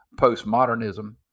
postmodernism